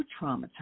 traumatized